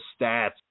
stats